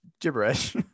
gibberish